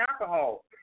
alcohol